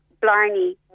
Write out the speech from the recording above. Blarney